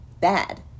bad